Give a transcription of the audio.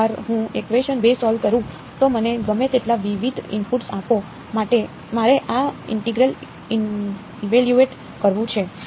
એકવાર હું equation 2 solve કરું તો મને ગમે તેટલા વિવિધ ઇનપુટ્સ આપો મારે આ ઇન્ટિગ્રલ ઇવેલ્યુએટ કરવું છે